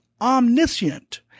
omniscient